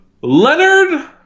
Leonard